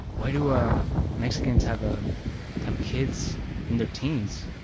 why do um mexican have ah have kids in their teens?